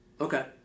Okay